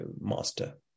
master